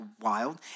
wild